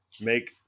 Make